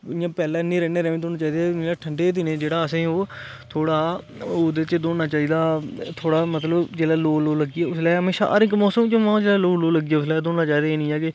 इ'यां पैह्लें न्हेरै न्हेरै बी निं दौड़ना चाहिदा इ'यां ठंडे दे दिनैं जेह्ड़ा असें ओह् थोह्ड़ा ओह्दे च दौड़ना चाहिदा थोह्ड़ा मतलब जेल्लै लोऽ लोऽ लग्गी उसलै हमेशा हर इक मौसम च जेल्लै लोऽ लोऽ लग्गी उसलै गै दौड़ना चाहिदा एह् निं ऐ कि